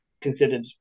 considered